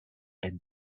and